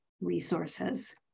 resources